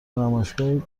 نمایشگاهی